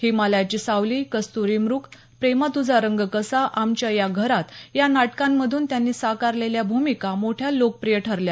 हिमालयाची सावली कस्तुरी मृग प्रेमा तुझा रंग कसा आमच्या या घरात या नाटकांमधून त्यांनी साकारलेल्ल्या भूमिका मोठ्या लोकप्रिय ठरल्या